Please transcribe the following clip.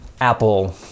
apple